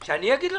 שאני אגיד לך?